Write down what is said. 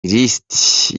lisiti